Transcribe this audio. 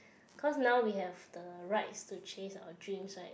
cause now we have the rights to chase our dreams right